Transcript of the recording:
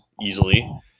easily